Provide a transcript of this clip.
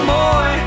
boy